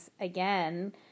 again